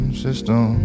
system